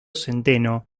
centeno